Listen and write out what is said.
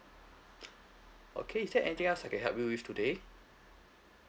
okay is there anything else I can help you with today